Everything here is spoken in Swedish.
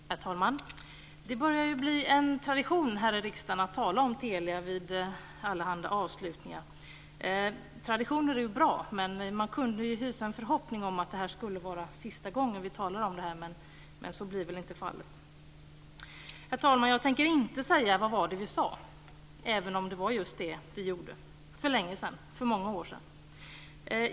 Herr talman! Det börjar bli en tradition här i riksdagen att tala om Telia vid allehanda avslutningar. Traditioner är bra, men man kunde hysa en förhoppning om att detta skulle vara sista gången vi talade om detta. Men så blir väl inte fallet. Herr talman! Jag tänker inte säga "Vad var det vi sade? ", även om det var just detta vi talade om för många år sedan.